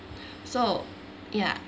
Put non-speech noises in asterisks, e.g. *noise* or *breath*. *breath* so ya